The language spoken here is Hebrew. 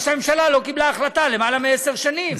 שהממשלה לא קיבלה החלטה למעלה מעשר שנים.